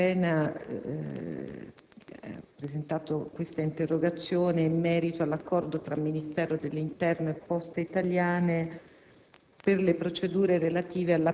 Il senatore Russo Spena ha presentato questa interrogazione in merito all'accordo fra Ministero dell'interno e Poste Italiane